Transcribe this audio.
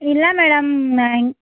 ಇಲ್ಲ ಮೇಡಮ್ ನೈ